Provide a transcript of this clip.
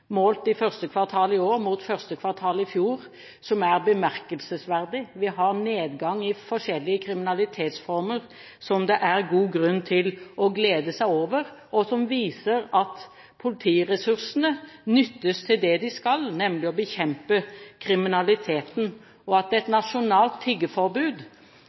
målt i første kvartal i år mot første kvartal i fjor som er bemerkelsesverdig. Vi har nedgang i forskjellige kriminalitetsformer som det er god grunn til å glede seg over, og som viser at politiressursene nyttes til det de skal, nemlig til å bekjempe kriminaliteten, og at et